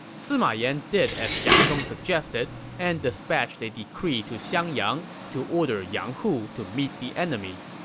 sima yan did as jia chong suggested and dispatched a decree to xiangyang to order yang hu to meet the enemy.